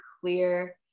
clear